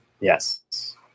Yes